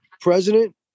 president